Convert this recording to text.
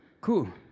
Cool